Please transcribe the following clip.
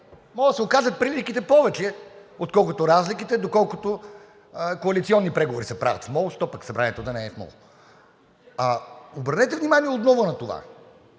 може да се окажат приликите повече, отколкото разликите, доколкото коалиционни преговори се правят в мол, защо пък Събранието да не е в мол? Обърнете внимание отново на това.